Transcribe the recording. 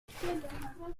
five